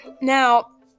Now